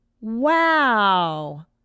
Wow